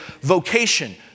vocation